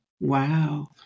Wow